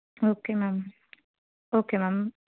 okay ma'am okay ma'am